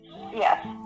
yes